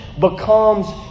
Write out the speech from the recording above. becomes